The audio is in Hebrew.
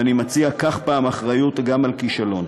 ואני מציע: קח פעם אחריות גם על כישלון.